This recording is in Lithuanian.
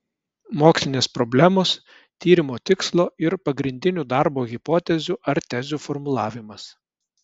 mokslinės problemos tyrimo tikslo ir pagrindinių darbo hipotezių ar tezių formulavimas